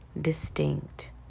distinct